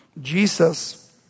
Jesus